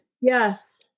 Yes